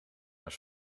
maar